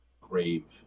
grave